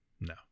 No